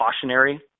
cautionary